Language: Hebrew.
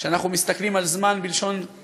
כשאנחנו מסתכלים על זמן בעתיד,